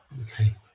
Okay